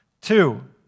Two